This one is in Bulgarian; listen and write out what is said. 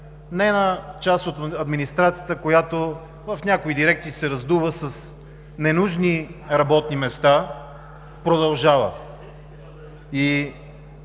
не на част от администрацията, която в някои дирекции се раздува с ненужни работни места, продължава.